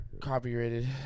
copyrighted